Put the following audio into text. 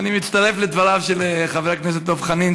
אני מצטרף לדבריו של חבר הכנסת דב חנין,